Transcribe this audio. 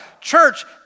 Church